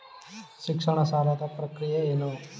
ಶಿಕ್ಷಣ ಸಾಲದ ಪ್ರಕ್ರಿಯೆ ಏನು?